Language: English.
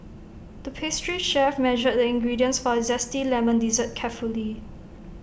the pastry chef measured the ingredients for A Zesty Lemon Dessert carefully